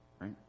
right